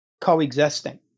coexisting